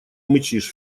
мычишь